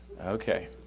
Okay